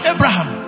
Abraham